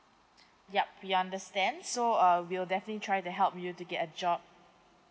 yup we understand so uh we will definitely try to help you to get a job